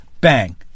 bang